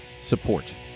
support